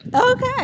Okay